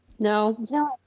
No